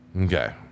Okay